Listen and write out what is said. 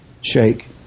Shake